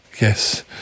yes